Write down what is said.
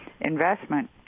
investment